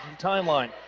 timeline